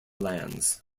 lands